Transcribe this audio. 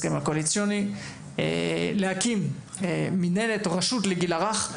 שצריך להקים רשות לגיל הרך,